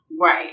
right